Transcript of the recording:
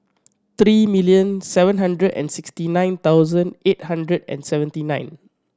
three million seven hundred and sixty nine thousand eight hundred and seventy nine